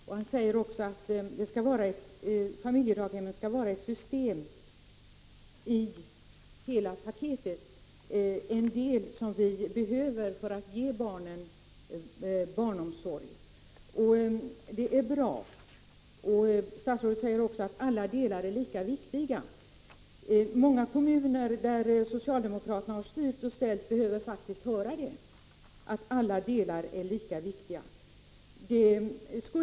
Statsrådet säger också att familjedaghemmen skall vara en av bitarna i barnomsorgen och att alla delar är lika viktiga. Många kommuner där socialdemokraterna har styrt och ställt behöver faktiskt höra det — att alla delar är lika viktiga.